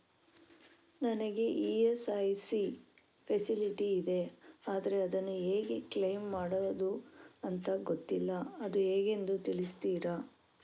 ನನಗೆ ESIC facility ಇದೆ ಆದ್ರೆ ಅದನ್ನು ಹೇಗೆ ಕ್ಲೇಮ್ ಮಾಡೋದು ಅಂತ ಗೊತ್ತಿಲ್ಲ ಅದು ಹೇಗೆಂದು ತಿಳಿಸ್ತೀರಾ?